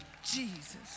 Jesus